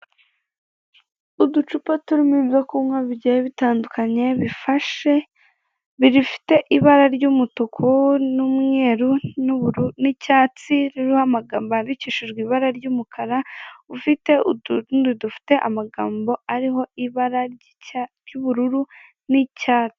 Uducupa turimo ibyo kunywa bigiye bitandukanye, bifashe, bifite ibara ry'umutuku n'umweru n'icyatsi, ririho amagambo yandikishijwe ibara ry'umukara, ufite utundi dufite amagambo ariho ibara ry'ubururu n'icyatsi.